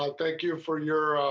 um thank you for your